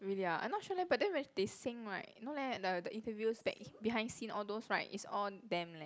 really ah I not sure leh but then when they sing right no leh the the interviews back behind scene all those right is all them leh